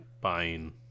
buying